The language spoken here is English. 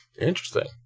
Interesting